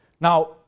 now